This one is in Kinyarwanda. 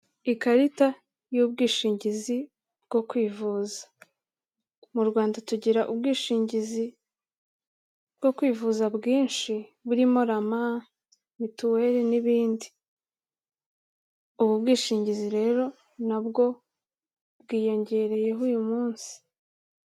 Ikarita y'ubwishingizi bwo kwivuza, mu Rwanda tugira ubwishingizi bwo kwivuza bwishi burimo Rama, Mituweli n'ibindi. Ubu bwishingizi rero nabwo bwiyongereyeho uyu munsi.